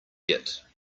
git